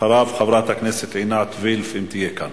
אחריו, חברת הכנסת עינת וילף, אם תהיה כאן.